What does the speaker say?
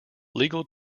legal